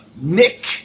Nick